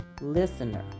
listener